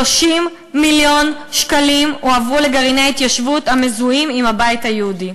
30 מיליון שקלים הועברו לגרעיני התיישבות המזוהים עם הבית היהודי.